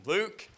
Luke